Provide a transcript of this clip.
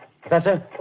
Professor